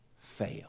fail